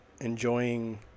enjoying